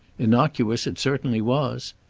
innocuous it certainly was.